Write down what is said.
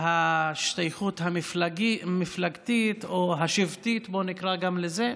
ההשתייכות המפלגתית או השבטית, בוא נקרא לזה,